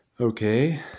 Okay